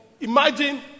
imagine